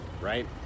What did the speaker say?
right